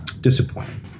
disappointing